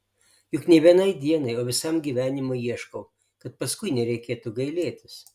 juk ne vienai dienai o visam gyvenimui ieškau kad paskui nereikėtų gailėtis